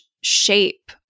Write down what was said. Shape